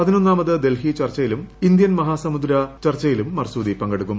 പതിനൊന്നാമത് ഡൽഹി ചർച്ചയിലും ഇന്ത്യൻ മഹാസമുദ്ര ചർച്ചയിലും മർസൂദി പങ്കെടുക്കും